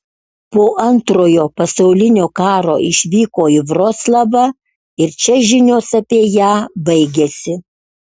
po antrojo pasaulinio karo išvyko į vroclavą ir čia žinios apie ją baigiasi